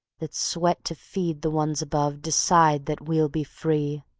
that sweat to feed the ones above, decide that we'll be free.